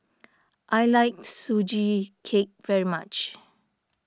I like Sugee Cake very much